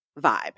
vibe